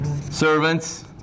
Servants